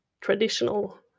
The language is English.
traditional